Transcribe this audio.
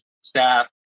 staff